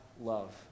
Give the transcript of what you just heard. love